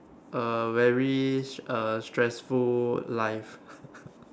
a very a stressful life